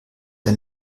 der